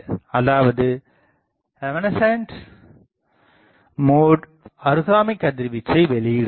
அதாவது evanescent mode அருகாமை கதிர்வீச்சை வெளியிடுகிறது